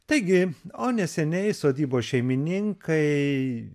taigi o neseniai sodybos šeimininkai